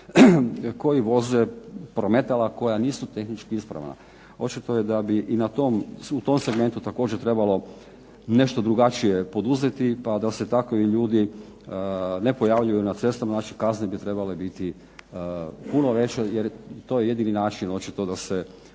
koji voze prometala koja nisu tehnički ispravna. Očito je da bi i na tom, u tom segmentu također trebalo nešto drugačije poduzeti, pa da se takvi ljudi ne pojavljuju na cestama, znači kazne bi trebale biti puno veće, jer to je jedini način očito da se